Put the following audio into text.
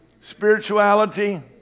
spirituality